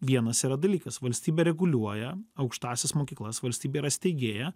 vienas yra dalykas valstybė reguliuoja aukštąsias mokyklas valstybė yra steigėja